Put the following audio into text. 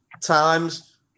times